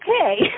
Okay